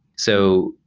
so,